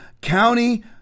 County